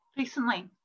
Recently